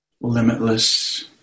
limitless